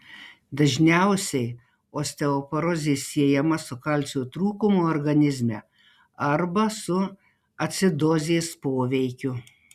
dažniausiai osteoporozė siejama su kalcio trūkumu organizme arba su acidozės poveikiu